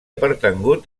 pertangut